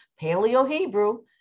Paleo-Hebrew